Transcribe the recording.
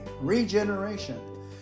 regeneration